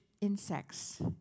insects